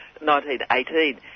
1918